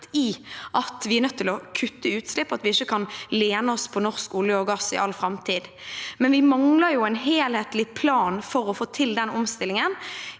i at vi er nødt til å kutte utslipp, og at vi ikke kan lene oss på norsk olje og gass i all framtid, men vi mangler jo en helhetlig plan for å få til den omstillingen.